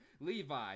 Levi